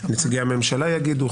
נציגי הממשלה יגידו,